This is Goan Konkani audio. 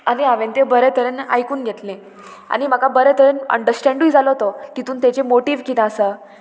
आनी हांवेन तें बरें तरेन आयकून घेतलें आनी म्हाका बरे तरेन अंडरस्टेंडूय जालो तो तितून तेजी मोटीव कितें आसा